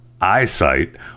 EyeSight